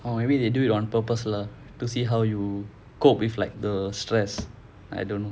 or maybe they do it on purpose lah to see how you cope with like the stress I don't know